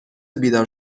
بیدار